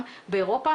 גם באירופה,